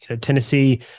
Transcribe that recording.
Tennessee